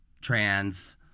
trans